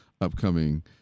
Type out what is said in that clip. upcoming